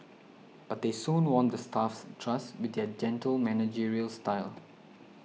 but they soon won the staff's trust with their gentle managerial style